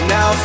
Now